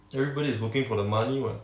everybody is working for the money what